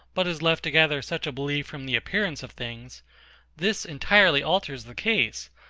but is left to gather such a belief from the appearances of things this entirely alters the case,